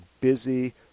busy